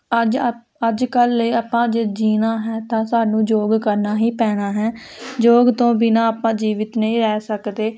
ਅੱਜ ਅੱਜ ਕੱਲ੍ਹ ਆਪਾਂ ਜੇ ਜਿਉਣਾ ਹੈ ਤਾਂ ਸਾਨੂੰ ਯੋਗ ਕਰਨਾ ਹੀ ਪੈਣਾ ਹੈ ਯੋਗ ਤੋਂ ਬਿਨ੍ਹਾਂ ਆਪਾਂ ਜੀਵਿਤ ਨਹੀਂ ਰਹਿ ਸਕਦੇ